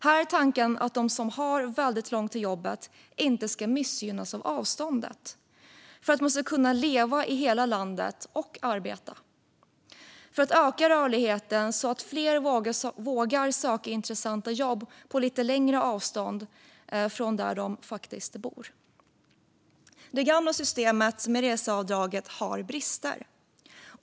Här är tanken att de som har väldigt långt till jobbet inte ska missgynnas av avståndet, för att människor ska kunna leva och arbeta i hela landet och för att öka rörligheten, så att fler vågar söka intressanta jobb på lite längre avstånd från den plats där de bor. Det gamla systemet, reseavdraget, har brister.